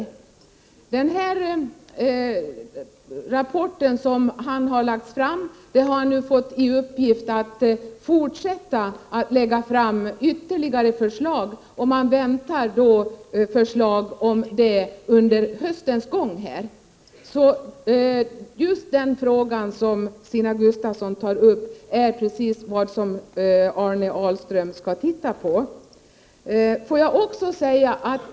Efter den rapport som han nu har lagt fram har han fått i uppgift att lägga fram ytterligare förslag. Man väntar sådana förslag under höstens gång. Den fråga som Stina Gustavsson tar upp är precis vad Arne Ahlström skall titta på.